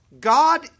God